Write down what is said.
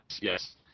yes